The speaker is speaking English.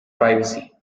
privacy